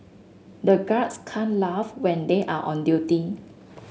the guards can't laugh when they are on duty